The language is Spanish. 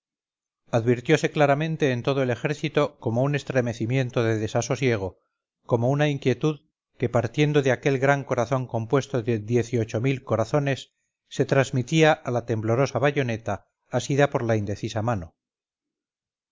nosotros advirtiose claramente en todo el ejército como un estremecimiento de desasosiego como una inquietud que partiendo de aquel gran corazón compuesto de diez y ocho mil corazones se transmitía a la temblorosa bayoneta asida por la indecisa mano